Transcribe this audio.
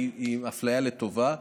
כי היא אפליה לטובה.